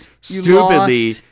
stupidly